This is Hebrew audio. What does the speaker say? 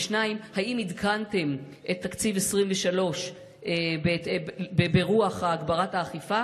האם עדכנתם את תקציב 2023 ברוח הגברת האכיפה,